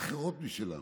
אחרות משלנו.